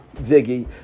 Viggy